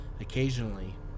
Occasionally